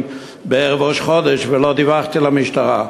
בערב ראש חודש ולא דיווחתי למשטרה,